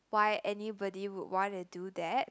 why anybody would wanna do that